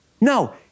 No